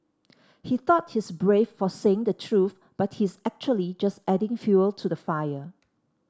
he thought he's brave for saying the truth but he's actually just adding fuel to the fire